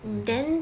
oh my god